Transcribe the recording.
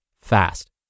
fast